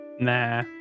Nah